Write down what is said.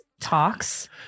Talks